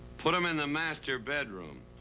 put them in the master bedroom.